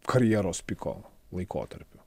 karjeros piko laikotarpiu